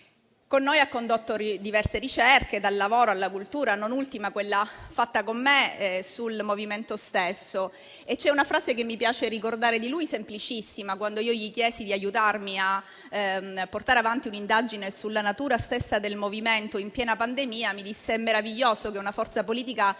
Con noi ha condotto diverse ricerche, dal lavoro alla cultura, non ultima quella fatta con me sul MoVimento stesso. C'è una sua semplicissima frase che mi piace ricordare. Quando gli chiesi di aiutarmi a portare avanti un'indagine sulla natura stessa del MoVimento in piena pandemia, mi disse che era meraviglioso che una forza politica